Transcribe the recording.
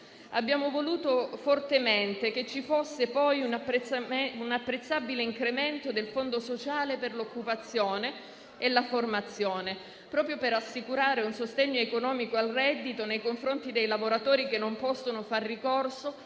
Abbiamo voluto fortemente che ci fosse, poi, un apprezzabile incremento del Fondo sociale per l'occupazione e la formazione, proprio per assicurare un sostegno economico al reddito nei confronti dei lavoratori che non possono far ricorso